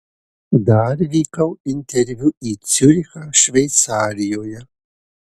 dar vykau interviu į ciurichą šveicarijoje